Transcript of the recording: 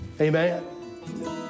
Amen